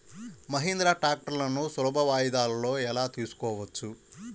మహీంద్రా ట్రాక్టర్లను సులభ వాయిదాలలో ఎలా తీసుకోవచ్చు?